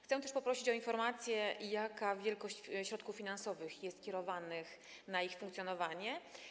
Chcę też poprosić o informację, jaka jest wysokość środków finansowych kierowanych na ich funkcjonowanie.